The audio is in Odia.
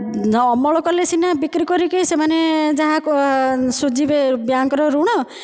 ଅମଳ କଲେ ସିନା ବିକ୍ରି କରିକି ସେମାନେ ଯାହା ଶୁଝିବେ ବ୍ୟାଙ୍କର ଋଣ